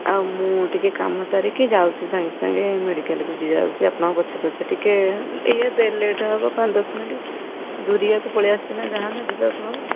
ଆଉ ମୁଁ ଟିକେ କାମ ସାରିକି ଯାଉଛି ସାଙ୍ଗେ ସାଙ୍ଗେ ମେଡ଼ିକାଲକୁ ଯାଉଛି ଆପଣଙ୍କ ପଛେ ପଛେ ଟିକେ ଟିକେ ଲେଟ୍ ହବ ପାଞ୍ଚ ଦଶ ମିନିଟ୍ ଦୁରିଆକୁ ପଳାଇ ଆସିଛି ନା ଯାହା ହେଲେ ଲେଟ୍ ହବ